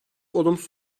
olumsuz